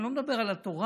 אני לא מדבר על התורה,